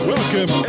Welcome